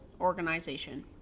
organization